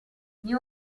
new